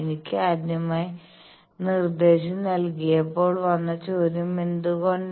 എനിക്ക് ആദ്യമായി നിർദ്ദേശം നൽകിയപ്പോൾ വന്ന ചോദ്യം എന്തുകൊണ്ട്